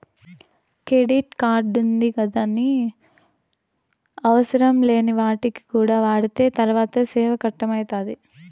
credit కార్డుంది గదాని అవసరంలేని వాటికి కూడా వాడితే తర్వాత సేనా కట్టం అయితాది